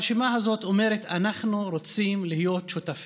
הרשימה הזאת אומרת: אנחנו רוצים להיות שותפים,